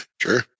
Sure